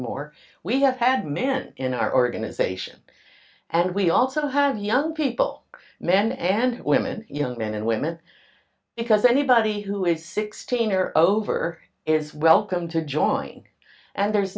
more we have had mint in our organization and we also have young people men and women you know men and women because anybody who is sixteen or over is welcome to join and there's